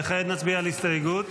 וכעת נצביע על הסתייגות